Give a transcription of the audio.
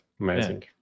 Amazing